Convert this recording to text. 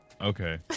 okay